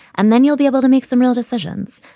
and then you'll be able to make some real decisions,